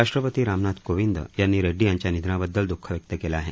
राष्ट्रपती रामनाथ कोंविद यांनी रेड्डी यांच्या निधनाबद्दल द्ःख व्यक्त केलं आहे